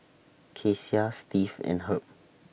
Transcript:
Kecia Steve and Herb